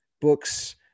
books